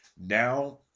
Now